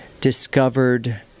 discovered